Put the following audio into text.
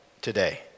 today